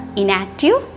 inactive